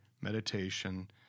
meditation